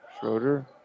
Schroeder